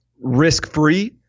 risk-free